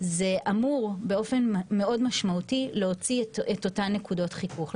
זה אמור באופן משמעותי מאוד להוציא את אותן נקודות חיכוך.